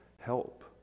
help